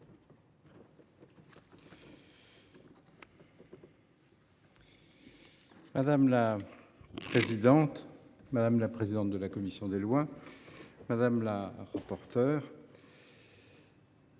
Madame la présidente, madame la présidente de la commission des lois, madame le rapporteur,